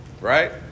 Right